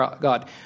God